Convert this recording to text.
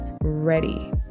ready